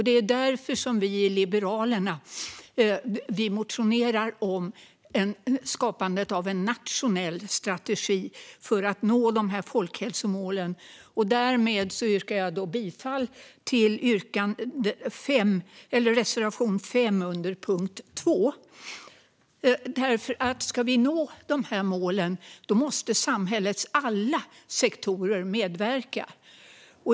Det är därför Liberalerna motionerar om skapandet av en nationell strategi för att nå folkhälsomålen. Jag yrkar bifall till reservation 5 under punkt 2. Ska vi nå dessa mål måste alla samhällets sektorer medverka.